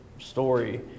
story